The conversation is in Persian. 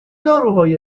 داروهایی